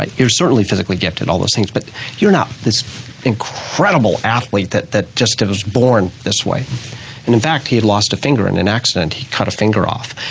ah you're certainly physically gifted and all those things but you're not this incredible athlete that that just ah was born this way. and in fact he'd lost a finger in an accident, he cut a finger off,